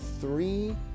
three